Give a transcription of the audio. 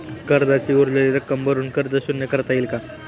कर्जाची उरलेली रक्कम भरून कर्ज शून्य करता येईल का?